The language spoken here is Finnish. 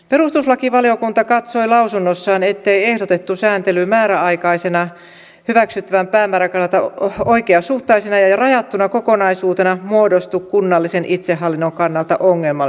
perustuslakivaliokunta katsoi lausunnossaan ettei ehdotettu sääntely määräaikaisena hyväksyttävän päämäärän kannalta oikeasuhtaisena ja rajattuna kokonaisuutena muodostu kunnallisen itsehallinnon kannalta ongelmalliseksi